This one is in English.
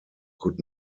could